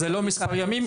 זה לא מספר ימים.